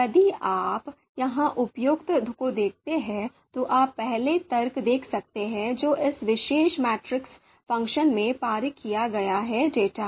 यदि आप यहां उपयोग को देखते हैं तो आप पहला तर्क देख सकते हैं जो इस विशेष मैट्रिक्स फ़ंक्शन में पारित किया गया है डेटा है